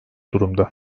durumda